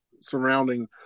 surrounding